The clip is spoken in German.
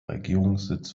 regierungssitz